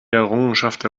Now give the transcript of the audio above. errungenschaften